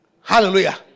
Hallelujah